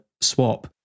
swap